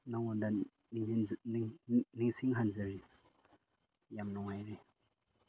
ꯅꯪꯉꯣꯟꯗ ꯅꯤꯡꯁꯤꯡꯍꯟꯖꯔꯤ ꯌꯥꯝ ꯅꯨꯡꯉꯥꯏꯔꯦ